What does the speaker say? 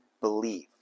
believe